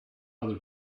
other